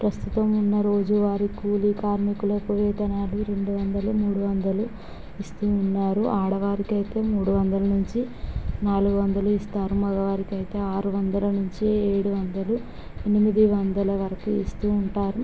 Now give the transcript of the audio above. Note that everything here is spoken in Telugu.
ప్రస్తుతం ఉన్న రోజువారీ కూలీ కార్మికులకు వేతనాలు రెండు వందలు మూడు వందలు ఇస్తూ ఉన్నారు ఆడవారికి అయితే మూడు వందలు నుంచి నాలుగు వందలు ఇస్తారు మగవారికి అయితే ఆరు వందల నుంచి ఏడు వందలు ఎనిమిది వందలు వరకు ఇస్తూ ఉంటారు